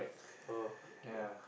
oh okay